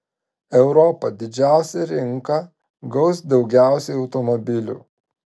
europa didžiausia rinka gaus daugiausiai automobilių